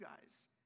guys